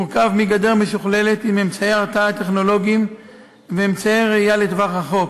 מורכב מגדר משוכללת עם אמצעי הרתעה טכנולוגיים ואמצעי ראייה לטווח ארוך.